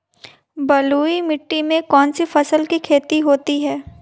बलुई मिट्टी में कौनसी फसल की खेती होती है?